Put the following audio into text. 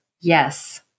Yes